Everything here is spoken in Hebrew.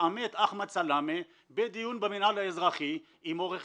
התעמת אחמד סלאמה בדיון במינהל האזרחי עם עורך